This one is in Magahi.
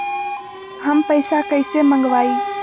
हम पैसा कईसे मंगवाई?